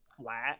flat